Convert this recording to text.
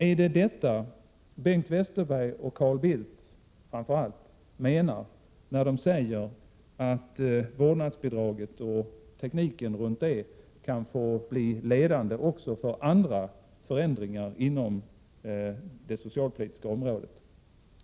Är det detta som framför allt Bengt Westerberg och Carl Bildt menar när de säger att vårdnadsbidraget och tekniken runt det kan få bli ledande också för andra förändringar inom det socialpolitiska området?